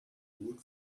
wood